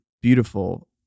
beautiful